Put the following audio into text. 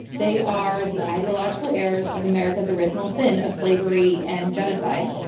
they are the ideological heirs of america's original sin of slavery and genocide.